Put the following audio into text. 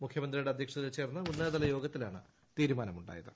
മുഖ്യമന്ത്രിയുടെ അധ്യക്ഷതയിൽ ചേർന്ന ഉന്നതതല യോഗത്തിലാണ് തീരുമാനമുണ്ടായത്